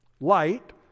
light